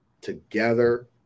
together